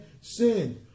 sin